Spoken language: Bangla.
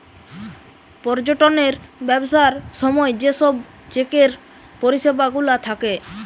পর্যটনের ব্যবসার সময় যে সব চেকের পরিষেবা গুলা থাকে